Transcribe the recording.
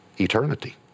eternity